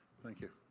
thank you.